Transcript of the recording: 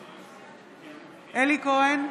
נגד אלי כהן,